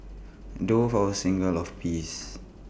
doves are A symbol of peace